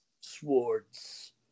Swords